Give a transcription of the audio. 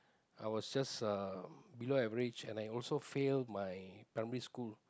I was just uh below average and I also fail my primary school